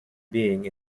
being